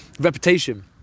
reputation